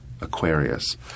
Aquarius